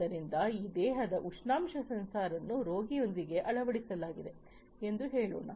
ಆದ್ದರಿಂದ ಈ ದೇಹದ ಉಷ್ಣಾಂಶ ಸೆನ್ಸಾರ್ಅನ್ನು ರೋಗಿಯೊಂದಿಗೆ ಅಳವಡಿಸಲಾಗಿದೆ ಎಂದು ಹೇಳೋಣ